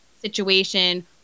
situation